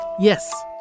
Yes